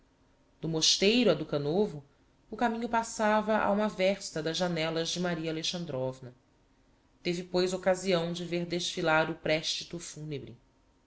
do mosteiro a dukhanovo o caminho passava a uma versta das janellas de maria alexandrovna teve pois occasião de ver desfilar o prestito funebre